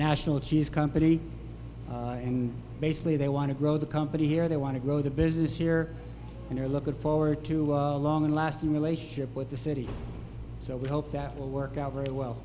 national cheese company and basically they want to grow the company here they want to grow the business here and they're looking forward to a long lasting relationship with the city so we help that work out very well